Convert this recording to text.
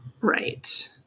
Right